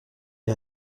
est